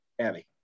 abby